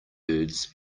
birds